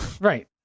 Right